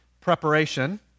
preparation